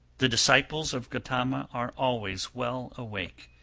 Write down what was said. the disciples of gotama are always well awake,